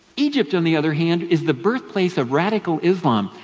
egypt on the other hand is the birthplace of radical islam.